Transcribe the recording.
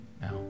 now